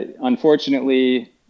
unfortunately